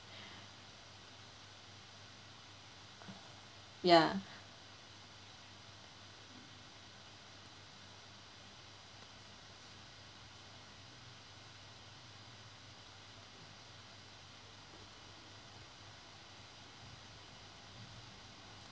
ya